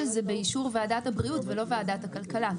שזה באישור ועדת הבריאות ולא ועדת הכלכלה.